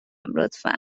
لطفا